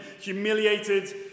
humiliated